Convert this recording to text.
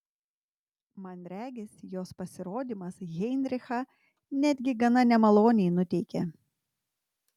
man regis jos pasirodymas heinrichą netgi gana nemaloniai nuteikė